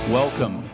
welcome